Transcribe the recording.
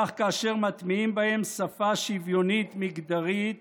כך כאשר מטמיעים בהם שפה שוויונית מגדרית